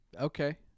Okay